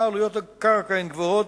שם עלויות הקרקע הן גבוהות,